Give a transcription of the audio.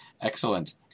Excellent